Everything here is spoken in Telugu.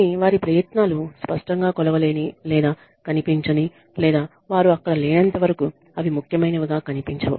కాని వారి ప్రయత్నాలు స్పష్టంగా కొలవలేని లేదా కనిపించని లేదా వారు అక్కడ లేనంత వరకు అవి ముఖ్యమైనవిగా కనిపించవు